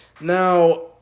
Now